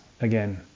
again